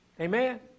Amen